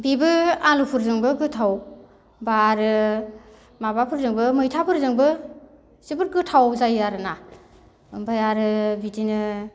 बिबो आलुफोरजोंबो गोथाव एबा आरो माबाफोरजोंबो मैथाफोरजोंबो जोबोद गोथाव जायो आरोना ओमफ्राय आरो बिदिनो